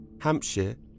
Hampshire